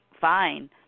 fine